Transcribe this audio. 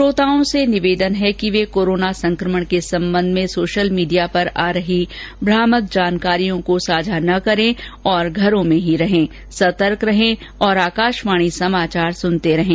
श्रोताओं से निवेदन है कि वे कोरोना संकमण के संबंध में सोशल मीडिया पर आ रही भ्रामक जानकारियों को साझा न करें और घरों में ही रहें सतर्क रहें और आकाशवाणी समाचार सुनते रहें